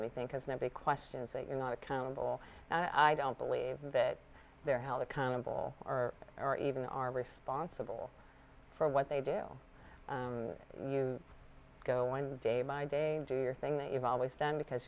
anything because nobody questions that you're not accountable i don't believe that they're held accountable or or even are responsible for what they do you go one day my dame do your thing you've always done because